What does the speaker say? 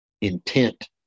intent